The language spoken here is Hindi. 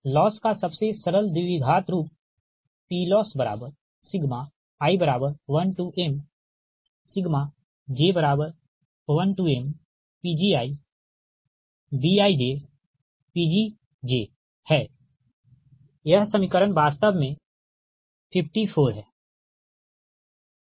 लॉस का सबसे सरल द्विघात रूप PLoss i1mj1mPgiBijPgj है यह समीकरण वास्तव में 54 है ठीक है